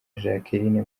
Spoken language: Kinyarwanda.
jacqueline